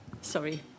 sorry